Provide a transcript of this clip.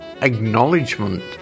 Acknowledgement